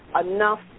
enough